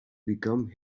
become